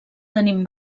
tenim